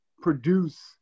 produce